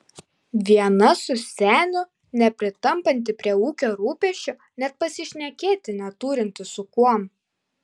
viena su seniu nepritampanti prie ūkio rūpesčių net pasišnekėti neturinti su kuom